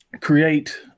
create